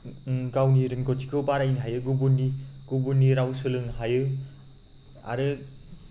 गावनि रोंगौथिखौ बारायनो हायो गुबुननि राव सोलोंनो हायो आरो